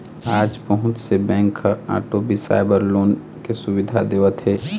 आज बहुत से बेंक ह आटो बिसाए बर लोन के सुबिधा देवत हे